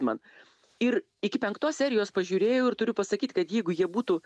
man ir iki penktos serijos pažiūrėjau ir turiu pasakyt kad jeigu jie būtų